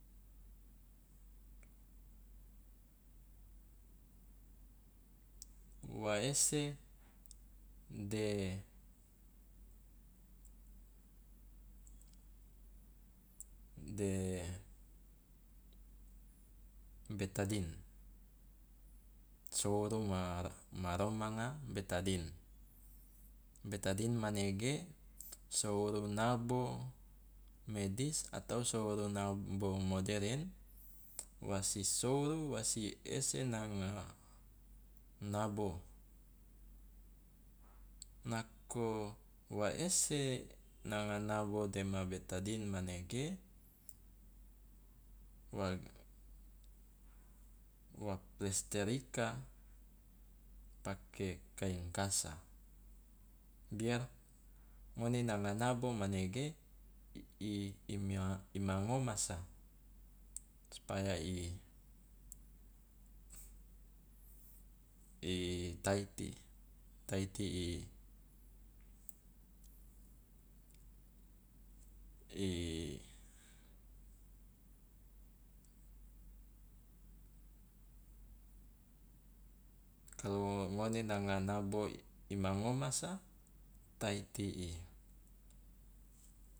Wa ese de de betadine souru ma romanga betadine, betadine manege souru nabo medis atau souru nabo modern wasi souru wasi ese nanga nabo, nako wa ese nanga nabo dema betadine manege wa wa plester ika pake kaing kasa biar ngone nanga nabo manege ima ima ngomasa supaya i taiti taiti i i kalu ngone nanga nabo i ma ngomasa taiti i